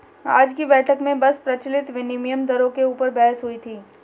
आज की बैठक में बस प्रचलित विनिमय दरों के ऊपर बहस हुई थी